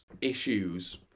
issues